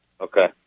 Okay